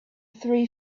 three